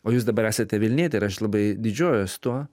o jūs dabar esate vilnietė ir aš labai didžiuojuosi tuo